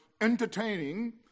entertaining